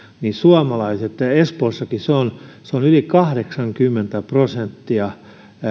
niin suomalaiset espoossakin se on se on yli kahdeksankymmentä prosenttia